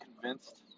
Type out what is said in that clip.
convinced